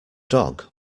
dog